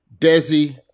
Desi